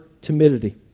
timidity